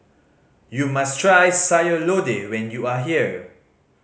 you must try Sayur Lodeh when you are here